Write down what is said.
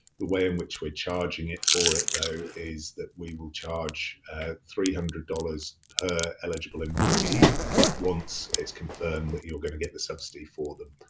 the way in which we're charging for it is that we will charge three hundred dollars per eligible employee once it's confirmed that you're gonna get the subsidy for them.